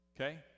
okay